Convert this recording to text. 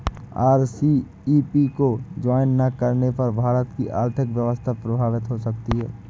RCEP को join ना करने पर भारत की आर्थिक व्यवस्था प्रभावित हो सकती है